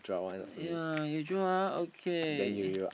ya you draw ah okay